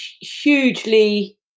hugely